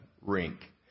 rink